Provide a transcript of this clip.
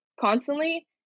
constantly